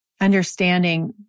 understanding